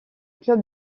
club